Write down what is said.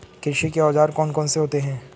कृषि के औजार कौन कौन से होते हैं?